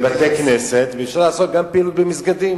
בבתי-כנסת ואפשר לעשות פעילות גם במסגדים,